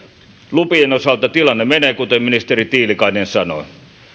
lupien osalta tilanne menee kuten ministeri tiilikainen sanoi